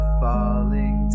falling